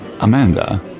Amanda